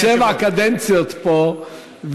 אני שבע קדנציות פה,